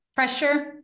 Pressure